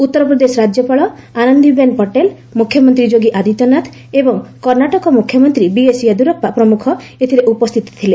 ଉତ୍ତରପ୍ରଦେଶ ରାଜ୍ୟପାଳ ଆନନ୍ଦିବେନ ପଟେଲ ମୁଖ୍ୟମନ୍ତ୍ରୀ ଯୋଗୀ ଆଦିତ୍ୟନାଥ ଏବଂ କର୍ଷ୍ଣାଟକ ମୁଖ୍ୟମନ୍ତ୍ରୀ ବିଏସ୍ ୟେଦୁରପ୍ତା ପ୍ରମୁଖ ଏଥିରେ ଉପସ୍ଥିତ ଥିଲେ